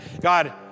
God